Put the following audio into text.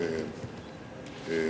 כמובן,